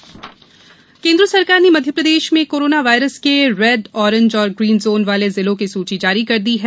प्रदेश zone केंद्र सरकार ने मध्यप्रदेश में कोरोना वायरस के रेड ऑरेंज और ग्रीन जोन वाले जिलों की सूची जारी कर दी है